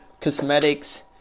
cosmetics